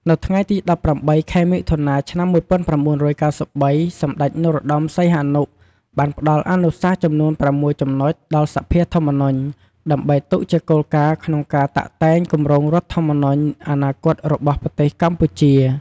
នៅថ្ងៃទី១៨ ខែមិថុនា ឆ្នាំ១៩៩៣ សម្តេច នរោត្តម សីហនុ បានផ្តល់អនុសាសន៍ចំនួន៦ចំណុចដល់សភាធម្មនុញ្ញ ដើម្បីទុកជាគោលការណ៍ក្នុងការតាក់តែងគម្រោងរដ្ឋធម្មនុញ្ញអនាគតរបស់ប្រទេសកម្ពុជា។